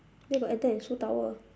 where got adam and sue towel